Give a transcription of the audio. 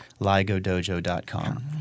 ligodojo.com